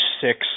six